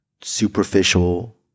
superficial